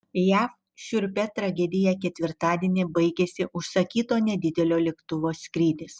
jav šiurpia tragedija ketvirtadienį baigėsi užsakyto nedidelio lėktuvo skrydis